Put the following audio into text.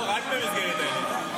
לא, רק במסגרת העניין.